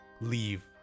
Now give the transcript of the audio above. leave